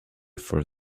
for